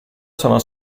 sono